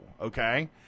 Okay